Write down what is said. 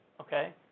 okay